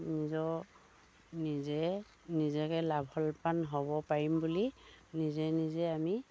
নিজৰ নিজে নিজকে লাভৱান হ'ব পাৰিম বুলি নিজে নিজে আমি